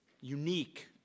unique